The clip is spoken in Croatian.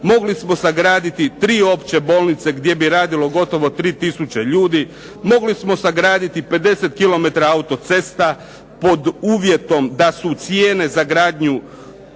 mogli smo sagraditi tri opće bolnice gdje bi radilo gotovo 3000 ljudi. Mogli smo sagraditi 50 km autocesta pod uvjetom da se cijene za gradnju